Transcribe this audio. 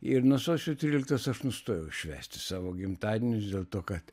ir nuo sausio tryliktos aš nustojau švęsti savo gimtadienius dėl to kad